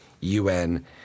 UN